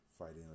fighting